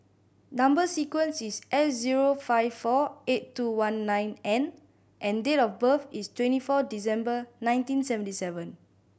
number sequence is S zero five four eight two one nine N and date of birth is twenty four December nineteen seventy seven